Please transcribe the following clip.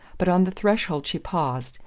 but on the threshold she paused,